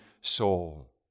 soul